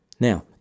Now